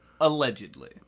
Allegedly